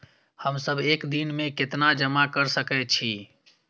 हम सब एक दिन में केतना जमा कर सके छी?